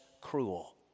cruel